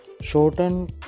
shorten